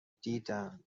دیدم